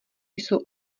jsou